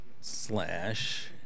slash